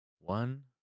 one